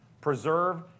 Preserve